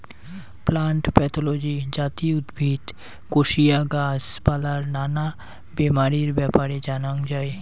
plant pathology যাতি উদ্ভিদ, কোশিয়া, গাছ পালার নানা বেমারির ব্যাপারে জানাঙ যাই